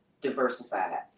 diversified